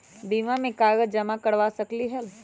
बीमा में कागज जमाकर करवा सकलीहल?